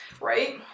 right